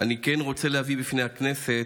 אני רוצה להביא בפני הכנסת,